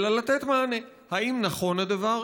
ולתת מענה: האם נכון הדבר?